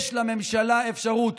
יש לממשלה אפשרות